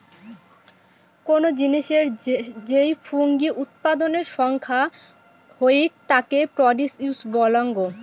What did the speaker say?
কোনো জিনিসের যেই ফুঙ্গি উৎপাদনের সংখ্যা হউক তাকে প্রডিউস বলাঙ্গ